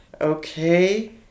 Okay